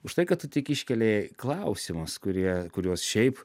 už tai kad tu tik iškeli klausimus kurie kuriuos šiaip